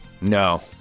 No